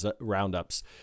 roundups